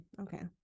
okay